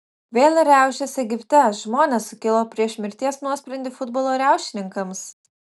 vėl riaušės egipte žmonės sukilo prieš mirties nuosprendį futbolo riaušininkams